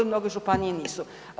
Mnoge županije nisu.